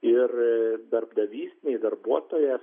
ir darbdavys nei darbuotojas